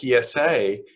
PSA